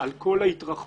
על כל ההתרחבות